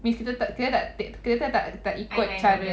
means kita tak kita tak tak ikut cara